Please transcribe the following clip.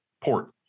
port